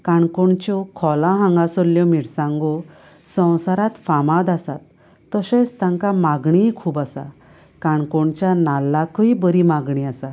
काणकोणच्यो खोला हांगासल्ल्यो मिरसांगो संवसारांत फामाद आसात तशेंच तांकां मागणीय खूब आसा काणकोणच्या नाल्लांकय बरी मागणी आसा